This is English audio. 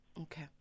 Okay